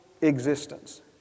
existence